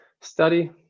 study